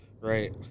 right